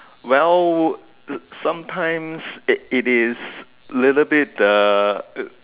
well sometimes it it is little bit uh